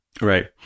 Right